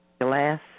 Glass